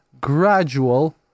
gradual